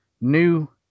new